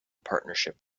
partnership